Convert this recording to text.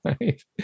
right